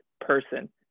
person